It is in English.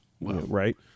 right